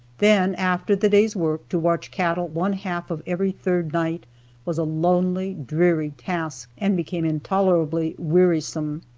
then, after the day's work, to watch cattle one-half of every third night was a lonely, dreary task, and became intolerably wearisome.